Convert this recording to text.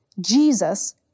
Jesus